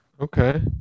Okay